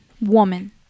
woman